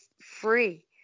free